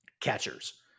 catchers